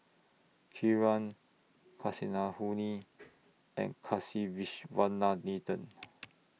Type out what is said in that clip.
Kiran Kasinadhuni and Kasiviswanathan